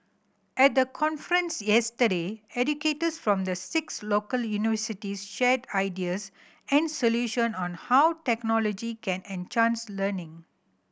at the conference yesterday educators from the six local universities shared ideas and solution on how technology can enhance learning